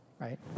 right